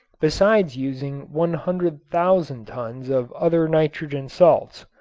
besides using one hundred thousand tons of other nitrogen salts.